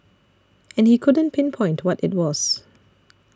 and he couldn't pinpoint what it was